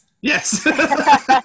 Yes